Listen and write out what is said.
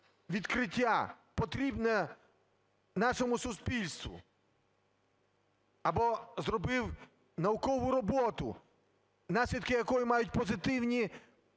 відкриття, потрібне нашому суспільству, або зробив наукову роботу, наслідки якої мають позитивні